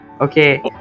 Okay